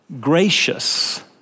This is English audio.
gracious